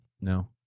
no